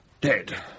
dead